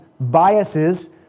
biases